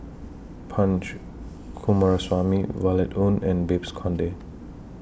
Punch Coomaraswamy Violet Oon and Babes Conde